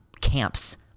camps